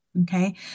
Okay